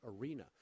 arena